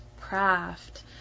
craft